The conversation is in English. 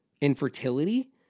infertility